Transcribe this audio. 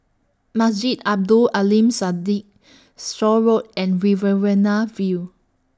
Masjid Abdul Aleem straw Road and Riverina View